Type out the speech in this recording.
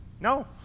No